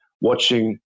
watching